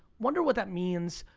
wonder what that means?